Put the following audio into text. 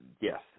Yes